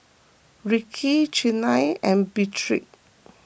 Rickey Chynna and Beatrix